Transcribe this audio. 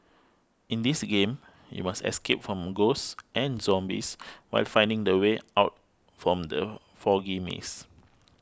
in this game you must escape from ghosts and zombies while finding the way out from the foggy maze